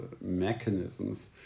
mechanisms